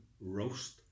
roast